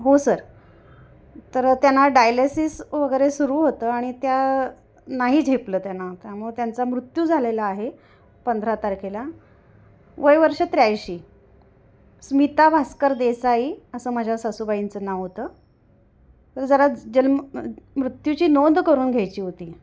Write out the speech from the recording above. हो सर तर त्यांना डायलेसिस वगैरे सुरू होतं आणि त्या नाही झेपलं त्यांना त्यामुळे त्यांचा मृत्यू झालेला आहे पंधरा तारखेला वय वर्ष त्र्याऐंशी स्मिता भास्कर देसाई असं माझ्या सासूबाईंचं नाव होतं तर जरा जन्म मृत्यूची नोंद करून घ्यायची होती